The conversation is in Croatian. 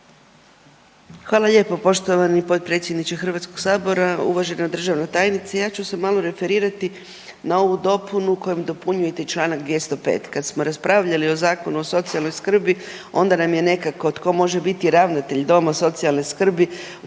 Hvala lijepo. Poštovani potpredsjedniče HS-a, uvažena državna tajnice. Ja ću se malo referirati na ovu dopunu kojom dopunjujete čl. 205. Kad smo raspravljali o Zakonu o socijalnoj skrbi onda nam je nekako tko može biti ravnatelj doma socijalna skrbi